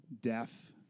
death